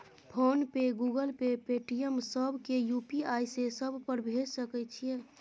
Phone पे, Google Pay, Paytm, सब के UPI से सब पर भेज सके छीयै?